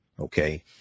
Okay